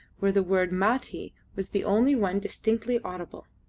where the word mati was the only one distinctly audible.